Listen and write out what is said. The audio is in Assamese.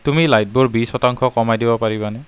তুমি লাইটবোৰ বিশ শতাংশ কমাই দিব পাৰিবানে